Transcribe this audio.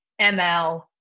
ml